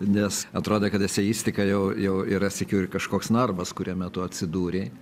nes atrodė kad eseistika jau jau yra sykiu ir kažkoks narvas kuriame tu atsidūrei